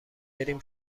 بریم